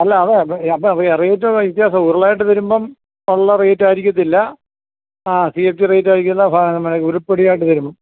അല്ല അതാണ് അപ്പോൾ അപ്പോൾ റേറ്റ് വ്യത്യാസമാണ് ഉരുളായിട്ട് വരുമ്പം ഉള്ള റേറ്റ് ആയിരിക്കത്തില്ല സി എഫ് റ്റി റേറ്റ് ആയിരിക്കുകയില്ല ഉരുപ്പടി ആയിട്ട് തരുമ്പം